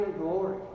glory